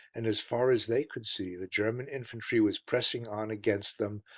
and as far as they could see the german infantry was pressing on against them,